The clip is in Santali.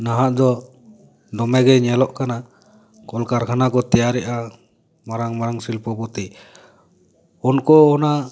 ᱱᱟᱦᱟᱜ ᱫᱚ ᱫᱚᱢᱮ ᱜᱮ ᱧᱮᱞᱚᱜ ᱠᱟᱱᱟ ᱠᱚᱞᱠᱟᱨᱠᱷᱟᱱᱟ ᱠᱚ ᱛᱮᱭᱨᱮᱜᱼᱟ ᱢᱟᱨᱟᱝ ᱢᱟᱨᱟᱝ ᱥᱤᱞᱯᱚ ᱯᱚᱛᱤ ᱩᱱᱠᱩ ᱚᱱᱟ